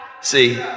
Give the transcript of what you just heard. See